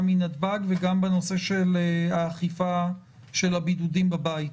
מנתב"ג וגם בנושא של האכיפה של הבידודים בבית?